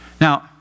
Now